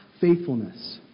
faithfulness